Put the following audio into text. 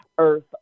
Earth